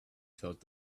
thought